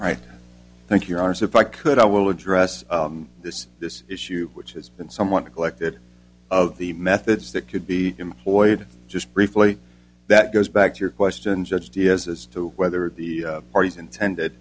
you i thank your arms if i could i will address this this issue which has been somewhat collected of the methods that could be employed just briefly that goes back to your question judge the as to whether the parties intended